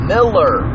Miller